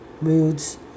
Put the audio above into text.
moods